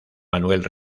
manuel